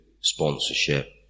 sponsorship